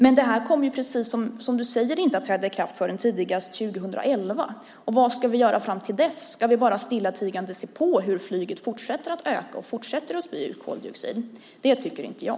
Men det här kommer ju, precis som du säger, inte att träda i kraft förrän tidigast 2011, och vad ska vi göra fram till dess? Ska vi bara stillatigande se på hur flyget fortsätter att öka och fortsätter att spy ut koldioxid? Det tycker inte jag.